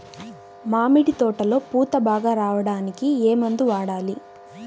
మామిడి తోటలో పూత బాగా రావడానికి ఏ మందు వాడాలి?